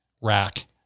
rack